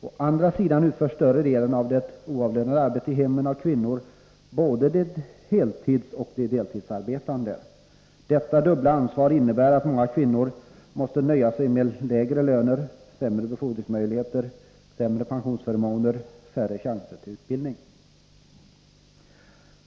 Å andra sidan utförs större delen av det oavlönade arbetet i hemmen av kvinnor, både av de heltidsoch av de deltidsarbetande. Detta dubbla ansvar innebär att många kvinnor måste nöja sig med lägre löner, sämre befordringsmöjligheter, sämre pensionsförmåner och färre chanser till utbildning.